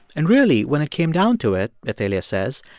and really, when it came down to it, athalia says,